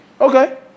Okay